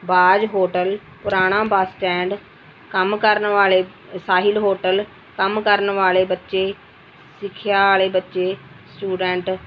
ਬਾਜ ਹੋਟਲ ਪੁਰਾਣਾ bus stand ਕੰਮ ਕਰਨ ਵਾਲੇ ਸਾਹਿਲ ਹੋਟਲ ਕੰਮ ਕਰਨ ਵਾਲੇ ਬੱਚੇ ਸਿੱਖਿਆ ਵਾਲੇ ਬੱਚੇ ਸਟੂਡੈਂਟ